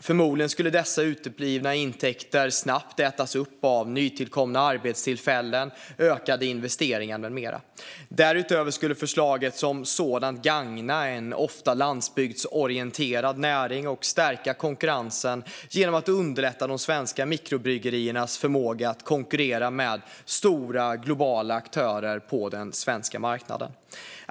Förmodligen skulle dessa uteblivna intäkter snabbt ätas upp av nytillkomna arbetstillfällen, ökade investeringar med mera. Därutöver skulle förslaget som sådant gagna en ofta landsbygdsorienterad näring och stärka konkurrensen genom att underlätta de svenska mikrobryggeriernas förmåga att konkurrera med stora globala aktörer på den svenska marknaden.